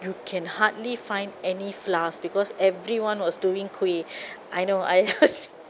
you can hardly find any flours because everyone was doing kueh I know I was